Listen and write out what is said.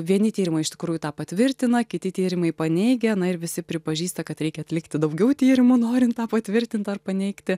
vieni tyrimai iš tikrųjų tą patvirtina kiti tyrimai paneigia na ir visi pripažįsta kad reikia atlikti daugiau tyrimų norint tą patvirtint ar paneigti